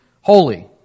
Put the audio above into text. holy